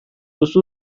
duzu